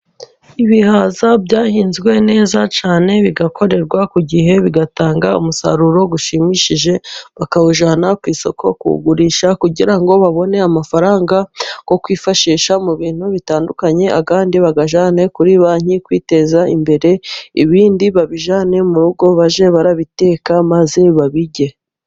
Ibihaza byahinzwe neza cyane bigakorerwa ku gihe, bigatanga umusaruro ushimishije, bakawujyana ku isoko kuwugugurisha, kugira ngo babone amafaranga yo kwifashisha mu bintu bitandukanye, ayandi bayajyane kuri banki kwiteza imbere, ibindi babijyane mu rugo, bajye barabiteka maze babirye.